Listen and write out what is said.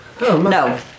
No